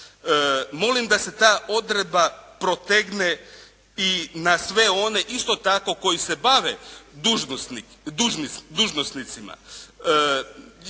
Molim da se ta odredba protegne i na sve one, isto tako, koji se bave dužnosnicima.